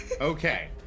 Okay